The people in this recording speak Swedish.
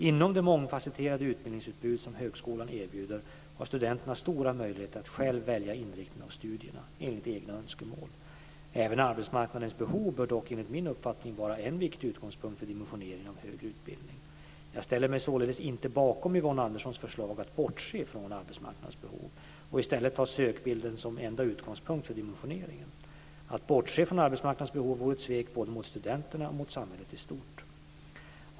Inom det mångfasetterade utbildningsutbud som högskolan erbjuder har studenterna stora möjligheter att själva välja inriktning av studierna enligt egna önskemål. Även arbetsmarknadens behov bör dock enligt min uppfattning vara en viktig utgångspunkt för dimensioneringen av den högre utbildningen. Jag ställer mig således inte bakom Yvonne Anderssons förslag att bortse från arbetsmarknadens behov och i stället ta sökbilden som enda utgångspunkt för dimensioneringen. Att bortse från arbetsmarknadens behov vore ett svek både mot studenterna och mot samhället i stort.